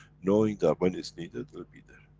knowing that when it's needed, it'll be there.